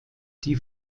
die